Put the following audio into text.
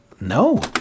no